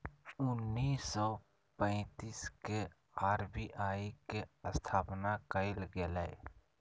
उन्नीस सौ पैंतीस के आर.बी.आई के स्थापना कइल गेलय